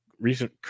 Recent